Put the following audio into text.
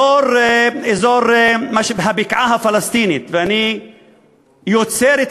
אזור מה שנקרא "הבקעה הפלסטינית" ואני יוצר את